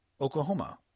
Oklahoma